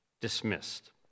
dismissed